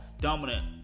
Dominant